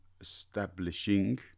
establishing